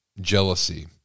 Jealousy